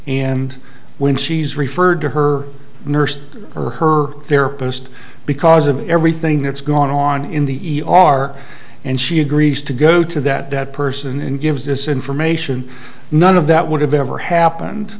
and when she's referred to her nurse or her therapist because of everything that's gone on in the e r and she agrees to go to that person and gives this information none of that would have ever